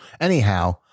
Anyhow